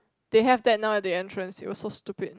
they have that now at the entrance it was so stupid